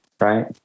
right